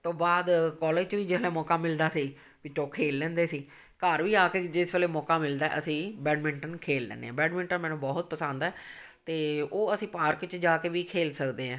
ਤੋਂ ਬਾਅਦ ਕੋਲਜ 'ਚ ਵੀ ਜਦੋਂ ਮੌਕਾ ਮਿਲਦਾ ਸੀ ਵਿੱਚੋਂ ਖੇਡ ਲੈਂਦੇ ਸੀ ਘਰ ਵੀ ਆ ਕੇ ਜਿਸ ਵੇਲੇ ਮੌਕਾ ਮਿਲਦਾ ਅਸੀਂ ਬੈਡਮਿੰਟਨ ਖੇਡ ਲੈਂਦੇ ਹਾਂ ਬੈਡਮਿੰਟਨ ਮੈਨੂੰ ਬਹੁਤ ਪਸੰਦ ਹੈ ਅਤੇ ਉਹ ਅਸੀਂ ਪਾਰਕ 'ਚ ਜਾ ਕੇ ਵੀ ਖੇਡ ਸਕਦੇ ਹਾਂ